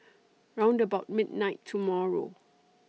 round about midnight tomorrow